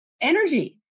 energy